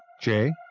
Jay